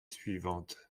suivantes